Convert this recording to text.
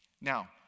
Now